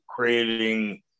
Creating